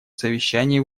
совещании